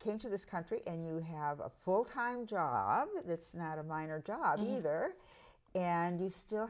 came to this country and to have a full time job it's not a minor job either and you still